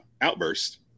outburst